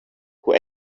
who